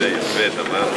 בבקשה.